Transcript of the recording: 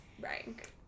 rank